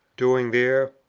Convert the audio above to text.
doing there!